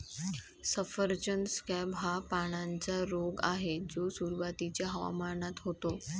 सफरचंद स्कॅब हा पानांचा रोग आहे जो सुरुवातीच्या हवामानात होतो